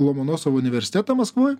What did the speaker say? lomonosovo universitetą maskvoj